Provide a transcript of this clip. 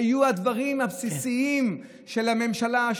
היו הדברים הבסיסיים של הממשלה,